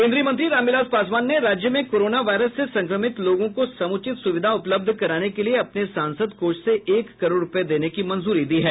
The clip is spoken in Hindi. केन्द्रीय मंत्री रामविलास पासवान ने राज्य में कोरोना वायरस से संक्रमित लोगों को समुचित सुविधा उपलब्ध करवाने के लिये अपने सांसद कोष से एक करोड़ रूपये देने की मंजूरी दी है